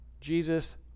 Jesus